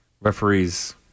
referees